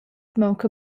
maunca